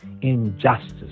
injustice